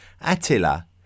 Attila